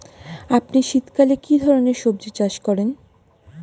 আপনি শীতকালে কী ধরনের সবজী চাষ করেন?